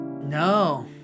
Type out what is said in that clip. No